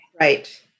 right